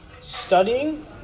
Studying